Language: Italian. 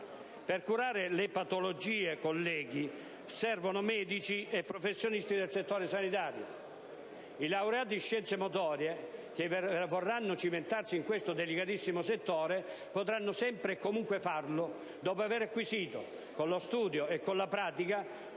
per curare le patologie servono medici e professionisti del settore sanitario. I laureati in scienze motorie che vorranno cimentarsi in questo delicatissimo settore potranno sempre e comunque farlo dopo aver acquisito con lo studio e con la pratica